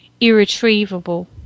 irretrievable